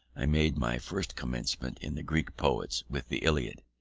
i made my first commencement in the greek poets with the iliad.